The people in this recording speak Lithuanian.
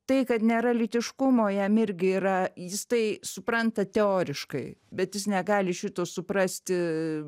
tai kad nėra lytiškumo jam irgi yra jis tai supranta teoriškai bet jis negali šito suprasti